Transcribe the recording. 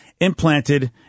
implanted